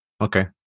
Okay